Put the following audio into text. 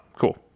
cool